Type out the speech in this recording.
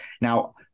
Now